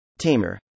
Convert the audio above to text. Tamer